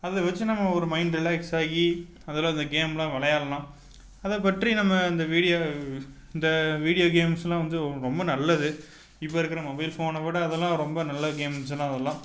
அது வச்சு நம்ம ஒரு மைண்டுலாம் ரிலாக்ஸ் ஆகி அதில் அந்த கேம்லாம் விளையாட்லாம் அதை பற்றி நம்ம அந்த வீடியோ இந்த வீடியோ கேம்ஸ்லாம் வந்து ரொம்ப நல்லது இப்போது இருக்கிற மொபைல் ஃபோன் விட அதெல்லாம் ரொம்ப நல்ல கேம்ஸ் அதெல்லாம்